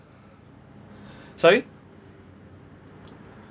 sorry